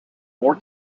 more